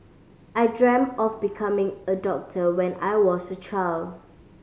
I dreamt of becoming a doctor when I was a child